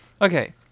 okay